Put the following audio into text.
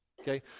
Okay